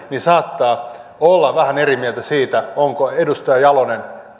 saattaa olla vähän eri mieltä siitä onko edustaja jalonen